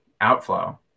outflow